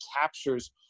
captures